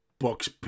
books